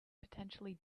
potentially